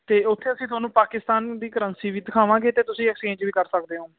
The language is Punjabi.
ਅਤੇ ਉੱਥੇ ਅਸੀਂ ਤੁਹਾਨੂੰ ਪਾਕਿਸਤਾਨ ਦੀ ਕਰੰਸੀ ਵੀ ਦਿਖਾਵਾਂਗੇ ਅਤੇ ਤੁਸੀਂ ਐਕਸਚੇਂਜ ਵੀ ਕਰ ਸਕਦੇ ਓਂ